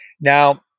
Now